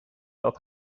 dat